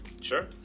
Sure